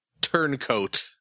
turncoat